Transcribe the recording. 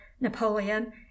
napoleon